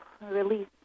release